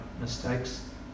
mistakes